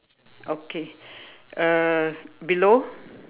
okay uh below